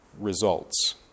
results